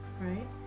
Right